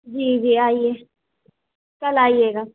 جی جی آئیے کل آئیے گا